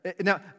Now